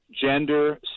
Gender